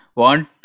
want